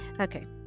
Okay